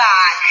God